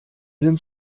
sind